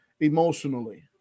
emotionally